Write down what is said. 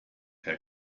herr